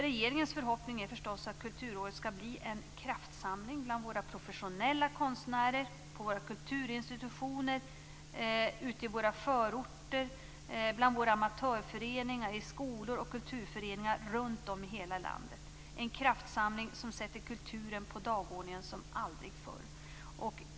Regeringens förhoppning är förstås att kulturåret skall bli en kraftsamling bland våra professionella konstnärer, på våra kulturinstitutioner, ute i våra förorter, bland våra amatörföreningar, i skolor och kulturföreningar runt om i hela landet - en kraftsamling som sätter kulturen på dagordningen som aldrig förr.